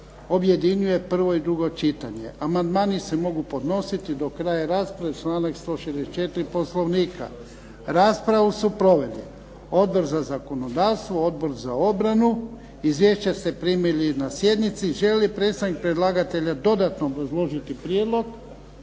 objedinjuje prvo i drugo čitanje. Amandmani se mogu podnositi do kraja rasprave, članak 164. Poslovnika. Raspravu su proveli Odbor za zakonodavstvo, Odbor za obranu. Izvješća ste primili na sjednici. Želi li predstavnik predlagatelja dodatno obrazložiti prijedlog?